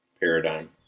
paradigm